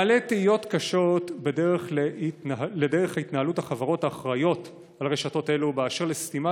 מעלה תהיות קשות על דרך התנהלות החברות האחראיות לרשתות אלו באשר לסתימת